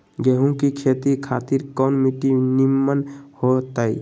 गेंहू की खेती खातिर कौन मिट्टी निमन हो ताई?